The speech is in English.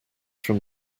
from